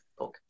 Okay